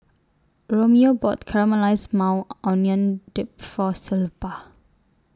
Romeo bought Caramelized Maui Onion Dip For Zilpah